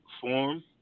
form